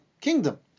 kingdom